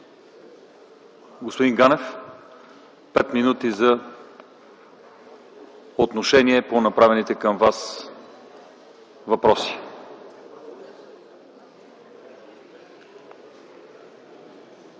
Господин Ганев, имате пет минути за отношение към отправените към Вас въпроси.